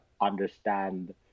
understand